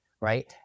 right